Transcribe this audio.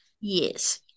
yes